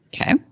Okay